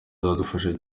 azadufasha